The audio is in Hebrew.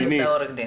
לפרוטוקול.